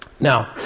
Now